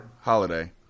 Holiday